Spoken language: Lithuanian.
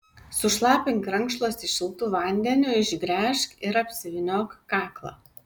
sušlapink rankšluostį šiltu vandeniu išgręžk ir apsivyniok kaklą